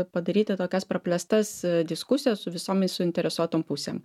padaryti tokias praplėstas diskusijas su visomis suinteresuotom pusėm